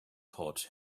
taught